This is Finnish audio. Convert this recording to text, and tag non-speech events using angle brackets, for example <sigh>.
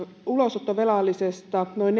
ulosottovelallisesta noin <unintelligible>